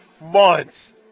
months